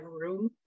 room